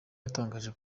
yatangaje